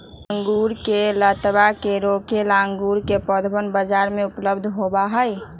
अंगूर के लतावा के रोके ला अंगूर के पौधवन बाजार में उपलब्ध होबा हई